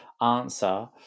answer